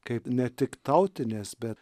kaip ne tik tautinės bet